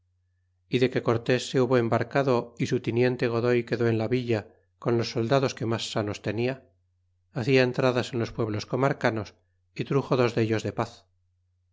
y de que cortés se hubo embarcado y su tiniente godoy quedó en la villa con los soldados que mas sanos tenia hacia entradas en los pueblos comarcanos é truxo dos dellos de paz